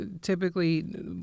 typically